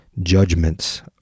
judgments